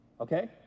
Okay